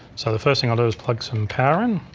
so the first thing i'll do is plug some power and